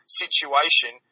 situation